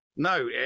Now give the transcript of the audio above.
No